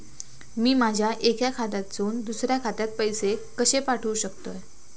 मी माझ्या एक्या खात्यासून दुसऱ्या खात्यात पैसे कशे पाठउक शकतय?